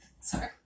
Sorry